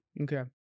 Okay